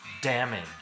damage